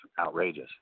outrageous